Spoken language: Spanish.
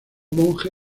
monje